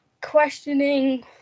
questioning